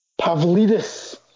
Pavlidis